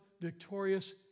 victorious